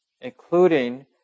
including